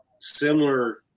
similar